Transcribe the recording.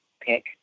pick